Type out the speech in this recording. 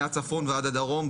מהצפון ועד הדרום,